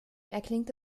erklingt